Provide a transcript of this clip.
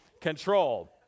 control